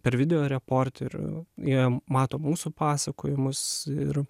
per video reporterių jie mato mūsų pasakojimus ir